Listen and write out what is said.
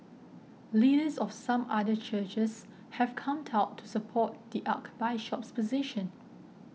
leaders of some other churches have come to out to support the Archbishop's position